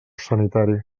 sanitari